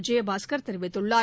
விஜயபாஸ்கள் தெரிவித்துள்ளார்